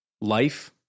Life